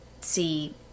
see